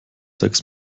sechs